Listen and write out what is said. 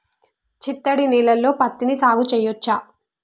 చిత్తడి నేలలో పత్తిని సాగు చేయచ్చా?